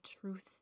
truth